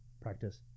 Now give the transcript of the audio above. practice